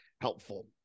helpful